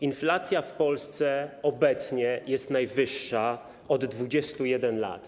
Inflacja w Polsce obecnie jest najwyższa od 21 lat.